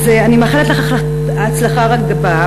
אני מאחלת לך הצלחה רבה.